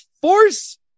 force